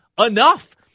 enough